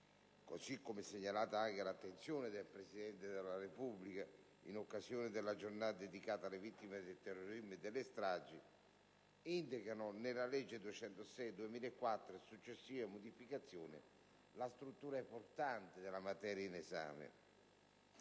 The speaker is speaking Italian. segnalate anche all'attenzione del Presidente della Repubblica in occasione della giornata dedicata alle vittime del terrorismo e delle stragi, esse indicano nella legge n. 206 del 2004 e successive modificazioni, la struttura portante della materia in esame.